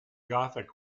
gothic